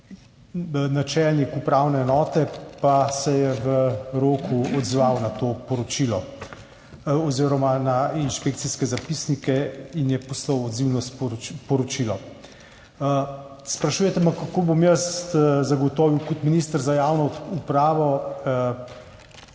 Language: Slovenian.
Načelnik upravne enote pa se je v roku odzval na to poročilo oziroma na inšpekcijske zapisnike in je poslal odzivno poročilo. Sprašujete me, kako bom jaz kot minister za javno upravo